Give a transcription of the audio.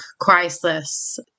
crisis